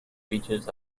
beaches